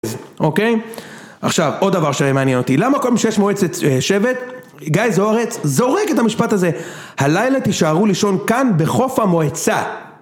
אוקיי, עכשיו עוד דבר שמעניין אותי, למה כל מי שיש מועצת שבט, גיא זוארץ, זורק את המשפט הזה, הלילה תישארו לישון כאן בחוף המועצה